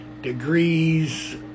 degrees